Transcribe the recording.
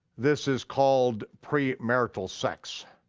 this is called pre-marital sex.